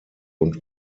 und